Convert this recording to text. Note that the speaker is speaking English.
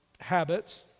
habits